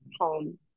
home